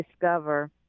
discover